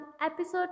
Episode